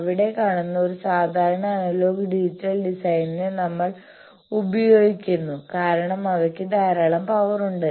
അവിടെ കാണുന്ന ഒരു സാധാരണ അനലോഗ് ഡിജിറ്റൽ ഡിസൈനിനെ നമ്മൾ ഉപയോഗിക്കുന്നു കാരണം അവയ്ക്ക് ധാരാളം പവർ ഉണ്ട്